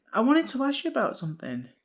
i wanted to ask you about something.